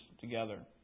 together